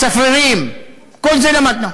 "צפרירים" כל זה למדנו.